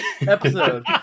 episode